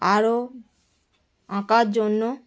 আরও আঁকার জন্য